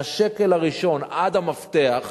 מהשקל הראשון עד המפתח,